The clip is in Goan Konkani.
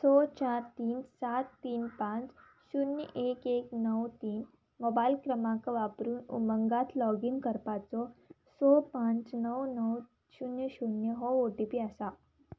स चार तीन सात तीन पांच शुन्य एक एक णव तीन मोबायल क्रमांक वापरून उमंगांत लॉगीन करपाचो स पांच णव णव शुन्य शुन्य हो ओ टी पी आसा